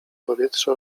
powietrze